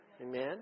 Amen